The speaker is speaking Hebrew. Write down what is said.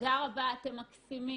תודה רבה אתם מקסימים.